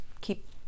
keep